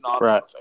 Right